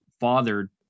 father